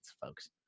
folks